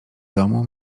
domu